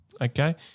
okay